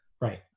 Right